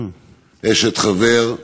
אשת חבר,